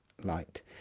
light